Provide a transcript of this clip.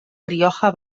rioja